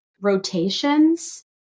rotations